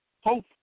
hope